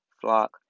flock